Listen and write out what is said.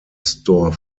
store